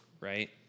right